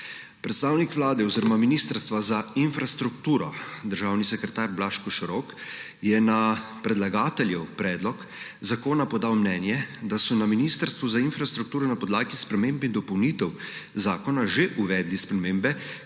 Predstavnik Vlade oziroma Ministrstva za infrastrukturo, državni sekretar Blaž Košorok, je na predlagateljev predlog zakona podal mnenje, da so na Ministrstvu za infrastrukturo na podlagi sprememb in dopolnitev zakona že uvedli spremembe,